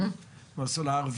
סולר,